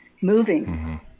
moving